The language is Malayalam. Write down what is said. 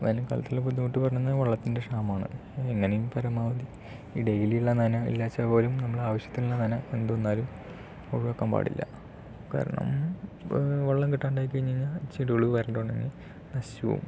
വേനൽക്കാലത്തുള്ള ബുദ്ധിമുട്ട് പറഞ്ഞുവെന്നാൽ വെള്ളത്തിൻ്റെ ക്ഷാമമാണ് എങ്ങനെയും പരമാവധി ഈ ഡെയിലിയുള്ള നന ഇല്ലാച്ചാൽ പോലും നമ്മളുടെ ആവശ്യത്തിനുള്ള നന എന്ത് വന്നാലും ഒഴിവാക്കാൻ പാടില്ല കാരണം വെള്ളം കിട്ടാണ്ടായി കഴിഞ്ഞു കഴിഞ്ഞാൽ ചെടികൾ വരണ്ട് ഉണങ്ങി നശിച്ച് പോകും